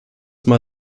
mal